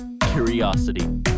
curiosity